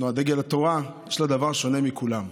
תנועת דגל התורה, יש לה דבר שונה מכולם,